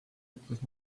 ütles